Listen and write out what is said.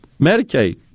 Medicaid